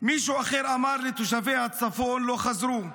מישהו אחר אמר לי: תושבי הצפון לא חזרו.